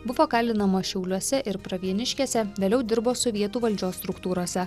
buvo kalinamas šiauliuose ir pravieniškėse vėliau dirbo sovietų valdžios struktūrose